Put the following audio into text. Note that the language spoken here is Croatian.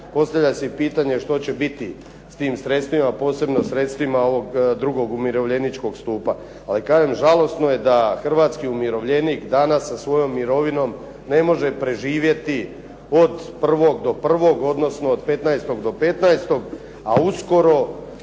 postavlja se i pitanje što će biti s tim sredstvima, posebno sredstvima ovog drugog umirovljeničkog stupa. Ali kažem, žalosno je da hrvatski umirovljenik danas sa svojom mirovinom ne može preživjeti od 1. do 1., odnosno od 15. do 15., a uskoro